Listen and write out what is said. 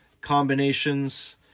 combinations